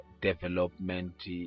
development